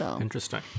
Interesting